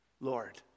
Lord